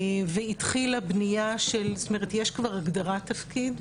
והתחילה בנייה, זאת אומרת יש כבר הגדרת תפקיד,